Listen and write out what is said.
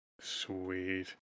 Sweet